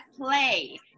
play